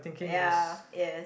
ya yes